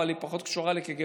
אבל היא פחות קשורה לקג"ב,